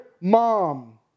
mom